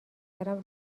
کردم